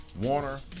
Warner